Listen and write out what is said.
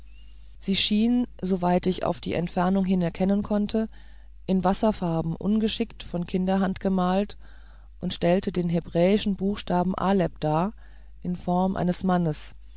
sie schien soweit ich auf die entfernung hin erkennen konnte in wasserfarben ungeschickt von kinderhand gemalt und stellte den hebräischen buchstaben aleph dar in form eines mannes